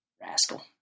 Rascal